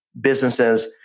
businesses